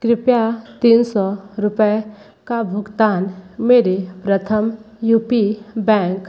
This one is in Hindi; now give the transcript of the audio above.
कृपया तीन सौ रूपए का भुगतान मेरे प्रथम यू पी बैंक